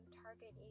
target